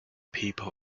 people